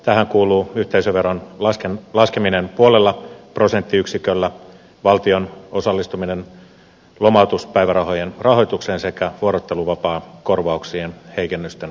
tähän kuuluu yhteisöveron laskeminen puolella prosenttiyksiköllä valtion osallistuminen lomautuspäivärahojen rahoitukseen sekä vuorotteluvapaakorvausten heikennysten peruminen